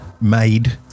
made